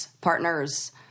Partners